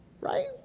right